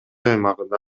аймагында